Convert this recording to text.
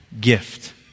gift